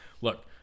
look